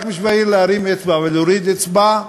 רק בשביל להרים אצבע ולהוריד אצבע,